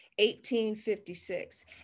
1856